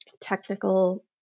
technical